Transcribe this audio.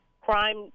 crime